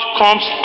comes